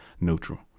neutral